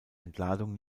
entladung